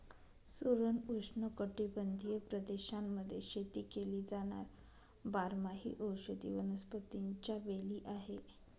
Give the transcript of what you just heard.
सुरण उष्णकटिबंधीय प्रदेशांमध्ये शेती केली जाणार बारमाही औषधी वनस्पतीच्या वेली आहे